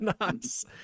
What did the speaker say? nice